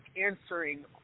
answering